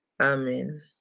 Amen